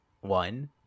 one